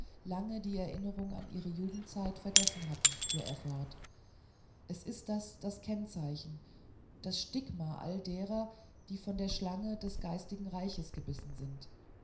lange die erinnerung an ihre jugendzeit vergessen hatten fuhr er fort es ist das das kennzeichen das stigma aller derer die von der schlange des geistigen reiches gebissen sind